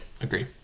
agree